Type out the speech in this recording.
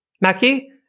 Mackie